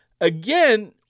Again